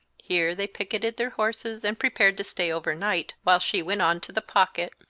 here they picketed their horses and prepared to stay over night, while she went on to the pocket.